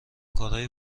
کارهای